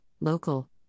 local